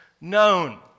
known